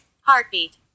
Heartbeat